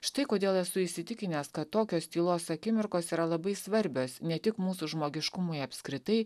štai kodėl esu įsitikinęs kad tokios tylos akimirkos yra labai svarbios ne tik mūsų žmogiškumui apskritai